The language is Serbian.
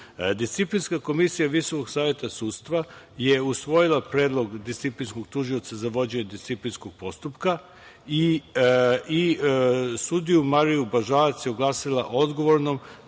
Disciplinska komisija Visokog saveta sudstva je usvojila predlog disciplinskog tužioca za vođenje disciplinskog postupka i sudiju Mariju Bažalac proglasila odgovornom